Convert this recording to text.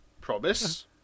Promise